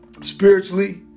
spiritually